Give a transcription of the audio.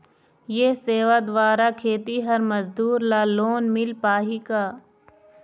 ये सेवा द्वारा खेतीहर मजदूर ला लोन मिल पाही का?